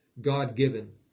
God-given